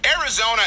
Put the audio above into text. Arizona